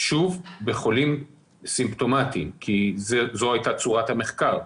שוב בחולים סימפטומטיים, כי זו הייתה צורת המחקר.